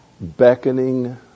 beckoning